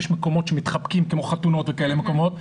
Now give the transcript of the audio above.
יש מקומות שמתחבקים כמו חתונות וכאלה מקומות,